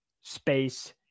space